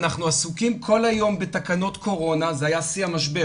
אנחנו עסוקים כל היום בתקנות קורונה אז היה שיא המשבר